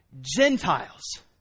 Gentiles